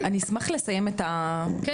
אני אשמח להמשיך את המצגת.